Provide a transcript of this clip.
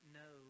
no